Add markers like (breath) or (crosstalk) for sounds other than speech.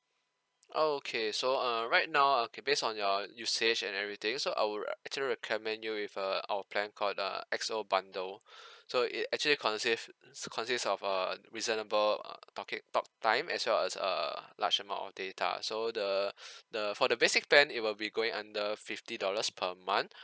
okay so uh right now okay based on your usage and everything so I would re~ actually recommend you with err our plan called err X_O bundle (breath) so it actually conceive (breath) consist of a reasonable uh talking talk time as well as a large amount of data so the (breath) the for the basic plan it will be going under fifty dollars per month